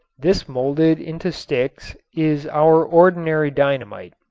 this molded into sticks is our ordinary dynamite.